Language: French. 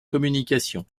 communication